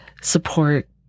support